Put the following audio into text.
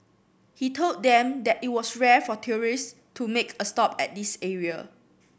he told them that it was rare for tourists to make a stop at this area